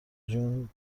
جون